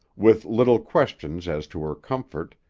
with little questions as to her comfort,